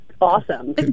awesome